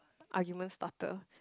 argument starter